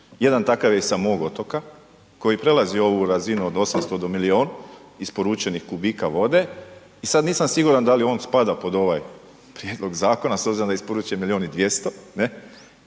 jedan takav je sa mog otoka koji prelazi ovu razinu od 800 do milion isporučenih kubika vode i sad nisam siguran da li on spada pod ovaj prijedlog zakona s obzirom da isporučuje 1.200.000 ne,